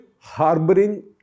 harboring